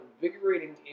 Invigorating